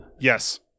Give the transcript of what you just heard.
Yes